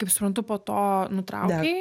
kaip suprantu po to nutraukei